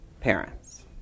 parents